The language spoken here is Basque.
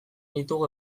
ditugu